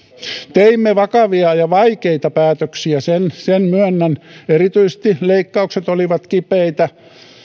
teimme vakavia ja vaikeita päätöksiä sen sen myönnän erityisesti leikkaukset olivat kipeitä